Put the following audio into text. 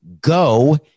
Go